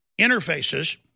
interfaces